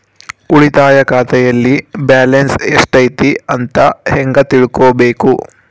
ಉಳಿತಾಯ ಖಾತೆಯಲ್ಲಿ ಬ್ಯಾಲೆನ್ಸ್ ಎಷ್ಟೈತಿ ಅಂತ ಹೆಂಗ ತಿಳ್ಕೊಬೇಕು?